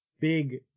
big